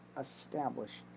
establish